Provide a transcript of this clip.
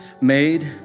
made